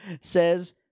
says